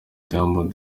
diamond